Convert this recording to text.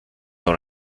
dans